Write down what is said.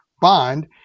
bond